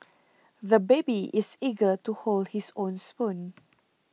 the baby is eager to hold his own spoon